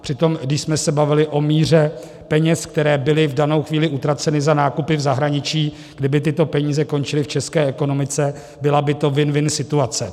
Přitom když jsme se bavili o míře peněz, které byly v danou chvíli utraceny za nákupy v zahraničí, kdyby tyto peníze končily v české ekonomice, byla by to winwin situace.